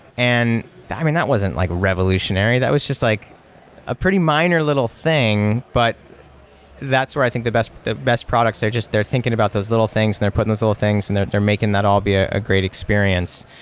and i mean, that wasn't like revolutionary. that was just like a pretty minor little thing, but that's where i think the best the best products are just they're thinking about those little things and they're putting those little things and they're they're making that all be a great experience.